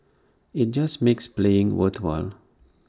IT just makes playing worthwhile